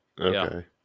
Okay